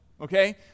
okay